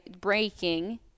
breaking